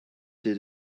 did